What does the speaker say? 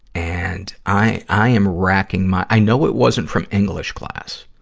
and i, i am racking my i know it wasn't from english class.